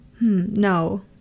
No